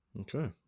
Okay